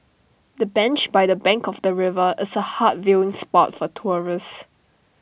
the bench by the bank of the river is A hot viewing spot for tourists